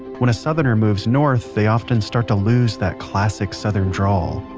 when a southerner moves north they often start to lose that classic southern drawl.